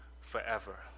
forever